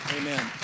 Amen